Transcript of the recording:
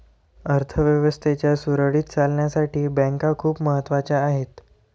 अर्थ व्यवस्थेच्या सुरळीत चालण्यासाठी बँका खूप महत्वाच्या आहेत